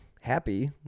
happy